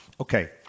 Okay